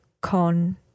con